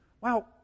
wow